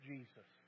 Jesus